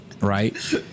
Right